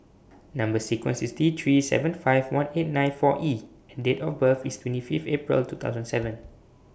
Number sequence IS T three seven five one eight nine four E and Date of birth IS twenty Fifth April two thousand seven